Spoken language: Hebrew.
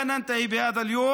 הרשימה הערבית המשותפת,